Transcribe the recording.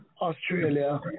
Australia